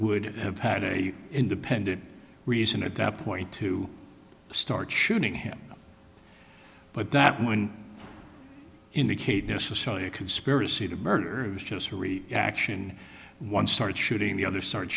would have had a independent reason at that point to start shooting him but that when indicate necessarily a conspiracy to murder it was just three action one start shooting the other start